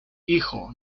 hijo